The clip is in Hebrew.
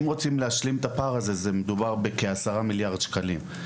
אם רוצים להשלים את הפער הזה מדובר ב-10 מיליארד שקלים.